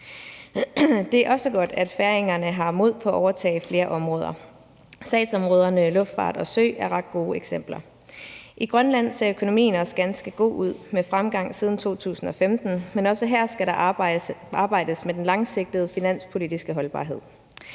Det er også godt, at færingerne har mod på at overtage flere områder. Sagsområderne i luftfart og sø er ret gode eksempler. I Grønland ser økonomien også ganske god ud med fremgang siden 2015, men også her skal der arbejdes med den langsigtede finanspolitiske holdbarhed.